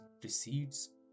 precedes